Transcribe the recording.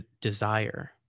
desire